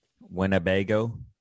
Winnebago